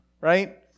right